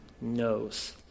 knows